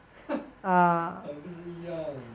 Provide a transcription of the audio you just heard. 还不是一样